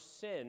sin